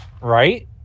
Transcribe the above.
right